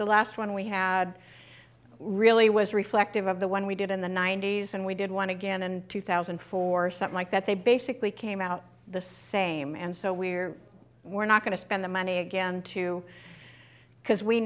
the last one we had really was reflective of the one we did in the ninety's and we did want to get and two thousand and four something like that they basically came out the same and so we're we're not going to spend the money again too because we